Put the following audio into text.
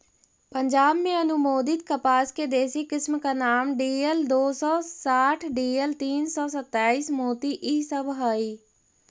पंजाब में अनुमोदित कपास के देशी किस्म का नाम डी.एल दो सौ साठ डी.एल तीन सौ सत्ताईस, मोती इ सब हई